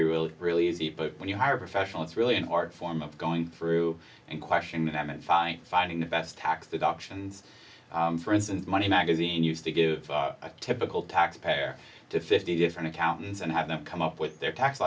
be really really easy but when you hire a professional it's really an art form of going through and question them and finally finding the best tax deductions for instance money magazine used to give a typical taxpayer to fifty different accountants and have them come up with their tax